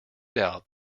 doubt